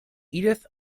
edith